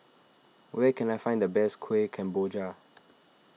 where can I find the best Kueh Kemboja